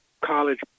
college